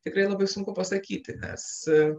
tikrai labai sunku pasakyti nes